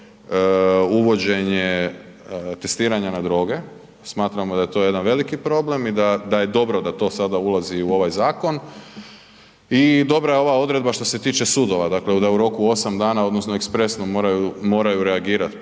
uvođenje testiranja na droge, smatramo da je to jedan veliki problem i da je dobro da to sada ulazi u ovaj zakon i dobra je ova odredba što se tiče sudova, dakle da u roku 8 dana odnosno ekspresno moraju reagirati